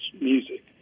music